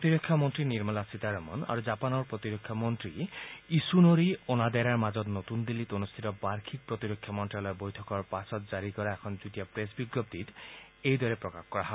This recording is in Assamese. প্ৰতিৰক্ষা মন্ত্ৰী নিৰ্মলা সীতাৰমন আৰু জাপানৰ প্ৰতিৰক্ষা মন্ত্ৰী ইছুন'ৰী অনডেৰাৰ মাজত নতুন দিল্লীত অনুষ্ঠিত বাৰ্ষিক প্ৰতিৰক্ষা মন্ত্যালয়ৰ বৈঠকৰ পাছতে জাৰি কৰা এখন যুটীয়া প্ৰেছ বিজ্ঞপ্তিত এইদৰে প্ৰকাশ কৰা হয়